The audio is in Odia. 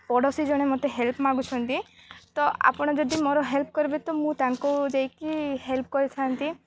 ପଡ଼ୋଶୀ ଜଣେ ମୋତେ ହେଲ୍ପ୍ ମାଗୁଛନ୍ତି ତ ଆପଣ ଯଦି ମୋର ହେଲ୍ପ୍ କରିବେ ତ ମୁଁ ତାଙ୍କୁ ଯକି ହେଲ୍ପ୍ କରିଥାନ୍ତି